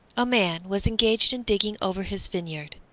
a man was engaged in digging over his vineyard,